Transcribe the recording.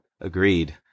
Agreed